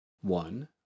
One